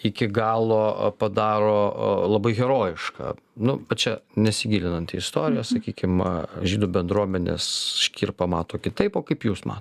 iki galo padaro labai herojišką nu čia nesigilinant į istorijos sakykim žydų bendruomenės škirpą mato kitaip o kaip jūs ma